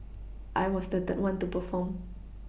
I was the third one to perform